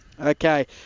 Okay